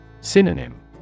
Synonym